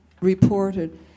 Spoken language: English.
reported